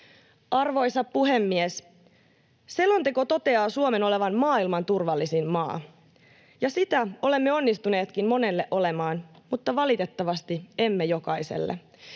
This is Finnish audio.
Arvoisa puhemies! Selonteko toteaa Suomen olevan maailman turvallisin maa. Sitä olemme onnistuneetkin monelle olemaan mutta valitettavasti emme jokaiselle.